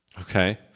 Okay